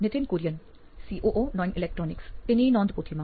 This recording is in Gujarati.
નિથિન કુરિયન સીઓઓ નોઇન ઇલેક્ટ્રોનિક્સ તેની નોંધપોથીમાં